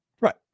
Right